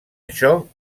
això